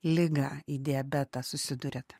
ligą į diabetą susiduriat